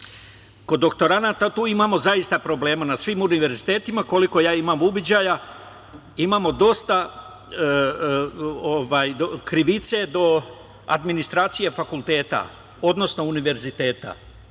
kod doktoranata, tu imamo zaista problema na svim univerzitetima, koliko ja imam uviđaja, imamo dosta krivice do administracije fakulteta, odnosno univerziteta.